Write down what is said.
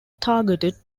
targeted